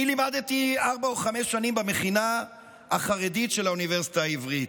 אני לימדתי ארבע או חמש שנים במכינה החרדית של האוניברסיטה העברית.